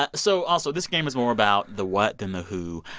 ah so also this game is more about the what than the who.